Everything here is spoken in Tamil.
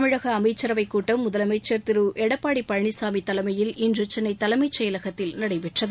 தமிழக அமைச்சரவைக் கூட்டம் முதலனமச்சர்திரு எடப்பாடி பழனிசாமி தலைமையில்இன்று சென்னை தலைமை செயலகத்தில் நடைபெற்றது